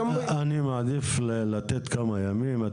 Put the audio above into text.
אני מעדיף לתת כמה ימים,